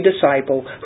disciple